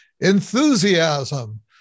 Enthusiasm